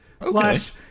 Slash